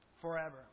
forever